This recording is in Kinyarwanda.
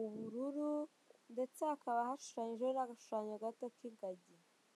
ubururu, ndetse hakaba hashushanyijeho n'agashushanyo gato k'ingagi.